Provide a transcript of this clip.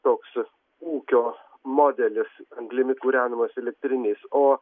toks ūkio modelis anglimi kūrenamos elektrinės o